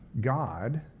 God